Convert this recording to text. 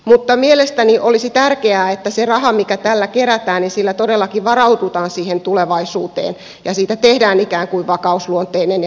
mutta mielestäni olisi tärkeää että sillä rahalla mikä tällä kerätään todellakin varaudutaan siihen tulevaisuuteen ja siitä tehdään ikään kuin vakaus ja puskuriluontoinen järjestelmä